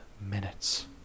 minutes